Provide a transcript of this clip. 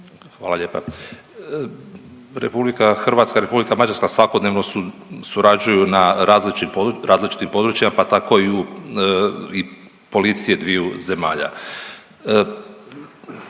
Hvala lijepa. RH i Republika Mađarska svakodnevno surađuju na različitim područjima pa tako i u i policije dviju zemalja.